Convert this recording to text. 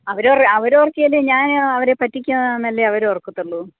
അവർ അവർ ഞാൻ അവർ പറ്റിക്കുകയാണ് എന്നല്ലേ അവർ ഓർക്കത്തുള്ളൂ